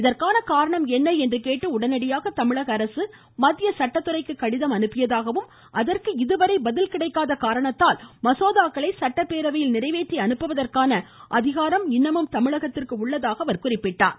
இதற்கான காரணம் என்ன என்று கேட்டு உடனடியாக தமிழக அரசு மத்திய சட்டத்துறைக்கு கடிதம் அனுப்பியதாகவும் அதற்கு இதுவரை பதில் கிடைக்காத காரணத்தால் மசோதாக்களை சட்டப்பேரவையில் நிறைவேற்றி அனுப்புவதற்கான அதிகாரம் இன்னமும் உள்ளதாக அவர் குறிப்பிட்டார்